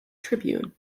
tribune